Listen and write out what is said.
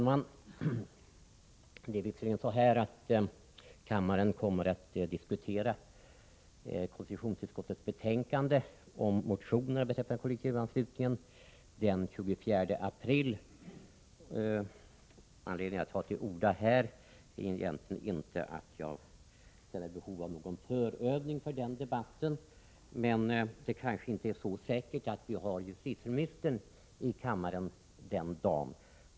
Herr talman! Kammaren kommer att diskutera konstitutionsutskottets betänkande om motioner beträffande kollektivanslutningen den 24 april. Anledningen till att jag tar till orda i dag är inte att jag känner behov av någon förövning för den debatten, men det kanske inte är säkert att vi har justitieministern i kammaren den dagen.